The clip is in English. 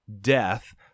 death